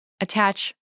attach